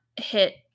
hit